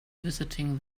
visiting